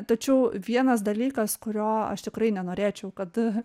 tačiau vienas dalykas kurio aš tikrai nenorėčiau kad